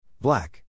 Black